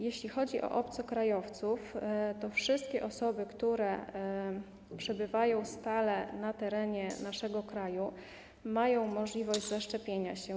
Jeśli chodzi o obcokrajowców, to wszystkie osoby, które przebywają stale na terenie naszego kraju, mają możliwość zaszczepienia się.